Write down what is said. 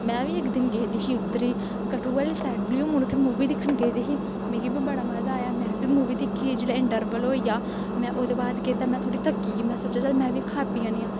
में बी इक दिन गेदी ही उद्धर कठुऐ आह्ली साईड ब्लू मून उत्थै मूवी दिक्खन गेदी ही मिगी बी बड़ा मज़ा आया में बी मूवी दिक्खी जिसलै इन्ट्रवल होई गेआ में ओह्दे बाद केह् कीता में थोह्ड़ी थक्की में सोचेआ चल में बी खाई पी औन्नी आं